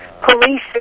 police